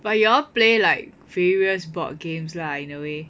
but you all play like various board games lah in a way